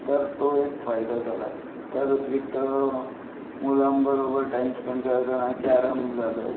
तर तो एक फायदा झाला त्या व्यतिरिक्त मुलांबरोबर टाइम स्पेंड करताना कॅरम झालं